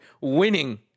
winning